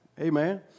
Amen